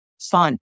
fun